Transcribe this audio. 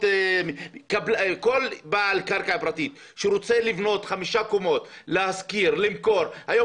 כל בעל קרקע פרטית שרוצה לבנות חמש קומות להשכיר או למכור זה לא החסם,